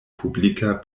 publika